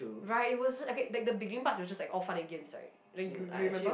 right it wasn't like okay the beginning part was just all funny games right like you remember